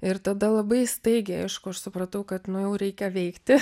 ir tada labai staigiai aišku aš supratau kad nu jau reikia veikti